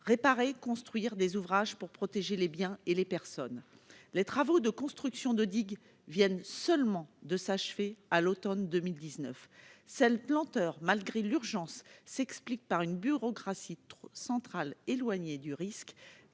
réparer et de construire des ouvrages pour protéger les biens et les personnes. Les travaux de construction de digues viennent seulement de s'achever à l'automne 2019. Une telle lenteur malgré l'urgence s'explique par une bureaucratie centrale éloignée du risque,